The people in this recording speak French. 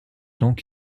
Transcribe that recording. donc